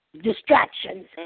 Distractions